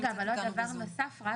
רק דבר נוסף,